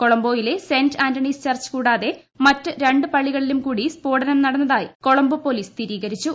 കൊളംബോയിലെ saint Anthony's church കൂടാതെ മറ്റ് രണ്ട്ട് പള്ളികളിലും കൂടി സ് ഫോടനം നടന്നതായി കൊളംബ്യോ പൊലീസ് സ്ഥിരീകരിച്ചു